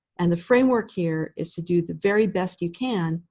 and the framework here is to do the very best you can,